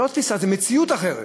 זאת לא תפיסה, זאת מציאות אחרת.